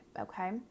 okay